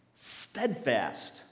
steadfast